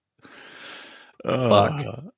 Fuck